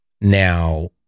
now